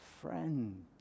friend